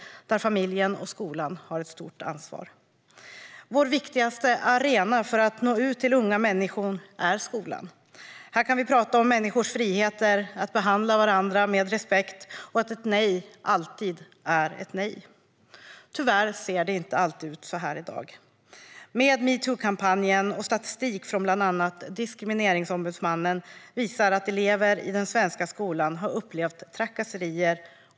Familjen och skolan har ett stort ansvar. Vår viktigaste arena för att nå ut till unga människor är skolan. Här kan vi prata om människors friheter att behandla varandra med respekt och att ett nej alltid är ett nej. Tyvärr ser det inte alltid ut så här i dag. Metoo-kampanjen och statistik från bland annat Diskrimineringsombudsmannen visar att elever i den svenska skolan har upplevt trakasserier.